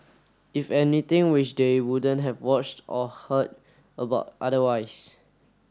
if anything which they wouldn't have watched or heard about otherwise